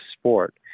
sport